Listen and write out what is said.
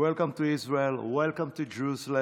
welcome to Israel, welcome to Jerusalem,